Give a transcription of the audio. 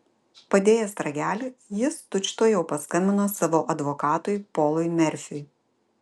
padėjęs ragelį jis tučtuojau paskambino savo advokatui polui merfiui